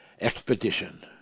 expedition